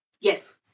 Yes